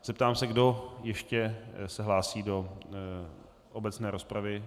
Zeptám se, kdo se ještě hlásí do obecné rozpravy.